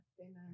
Amen